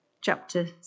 chapter